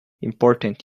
important